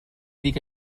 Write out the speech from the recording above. dic